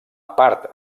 part